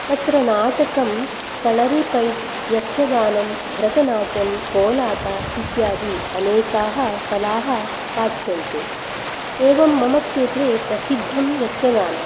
तत्र नाटकं कलरीपैठ् यक्षगानं भरतनाट्यं कोलाटा इत्यादि अनेकाः कलाः पाठ्यन्ते एवं मम क्षेत्रे प्रसिद्धं यक्षगानम्